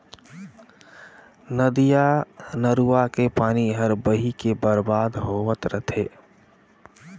नदिया नरूवा के पानी हर बही के बरबाद होवत रथे